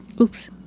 Oops